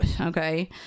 okay